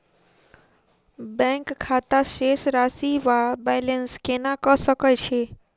Bank खाता शेष राशि वा बैलेंस केना कऽ सकय छी?